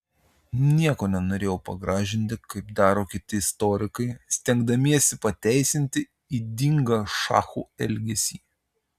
nieko nenorėjau pagražinti kaip daro kiti istorikai stengdamiesi pateisinti ydingą šachų elgesį